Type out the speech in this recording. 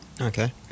Okay